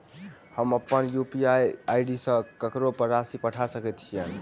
हम अप्पन UPI ID सँ ककरो पर राशि पठा सकैत छीयैन?